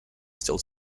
still